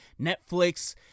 Netflix